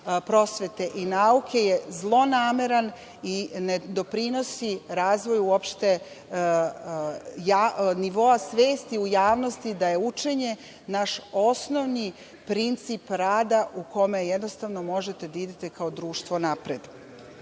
prosvete i nauke je zlonameran i ne doprinosi uopšte razvoju nivoa svesti u javnosti da je učenje naš osnovni princip rada u kome možete da idete kao društvo napred. Na